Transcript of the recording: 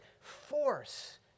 force